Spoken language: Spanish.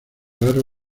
raro